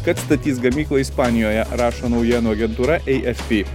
kad statys gamyklą ispanijoje rašo naujienų agentūra afp